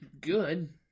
good